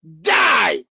die